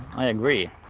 i agree